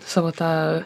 savo tą